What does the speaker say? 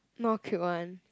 not cute [one]